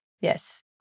Yes